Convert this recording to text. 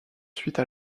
suite